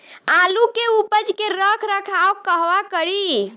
आलू के उपज के रख रखाव कहवा करी?